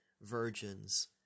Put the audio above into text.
virgins